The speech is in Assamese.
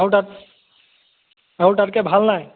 আৰু তাত আৰু তাতকৈ ভাল নাই